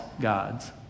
gods